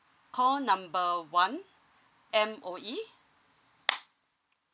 call number one M_O_E